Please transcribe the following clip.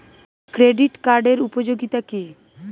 Credit কার্ডের উপযোগিতা কি?